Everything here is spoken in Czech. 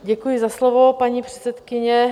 Děkuji za slovo, paní předsedkyně.